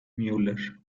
müller